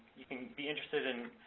you can be interested in